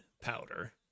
powder